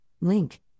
link